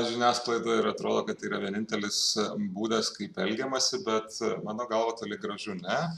žiniasklaidoje ir atrodo kad yra vienintelis būdas kaip elgiamasi bet mano galva toli gražu ne